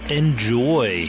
enjoy